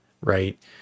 right